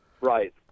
Right